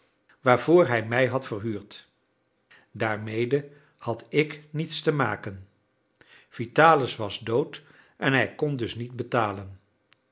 waarvoor hij mij had verhuurd daarmede had ik niets te maken vitalis was dood en hij kon dus niet betalen